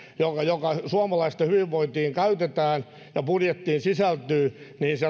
joka suomalaisten hyvinvointiin käytetään ja budjettiin sisältyy